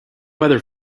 weather